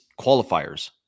qualifiers